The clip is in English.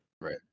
Right